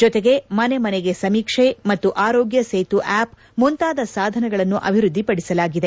ಜತೆಗೆ ಮನೆ ಮನೆಗೆ ಸಮೀಕ್ಷೆ ಮತ್ತು ಆರೋಗ್ಯ ಸೇತು ಆಪ್ ಮುಂತಾದ ಸಾಧನಗಳನ್ನು ಅಭಿವ್ವದ್ಲಿಪದಿಸಲಾಗಿದೆ